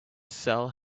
sell